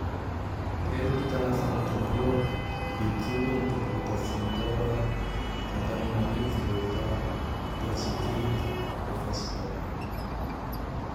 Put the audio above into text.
Telo ty tana fa nitoboako: Betioky nitoboky tao Folo tao raho, ta Tananarivo Roe tao, ta Tsididy Efatsy tao.